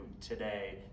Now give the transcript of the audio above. today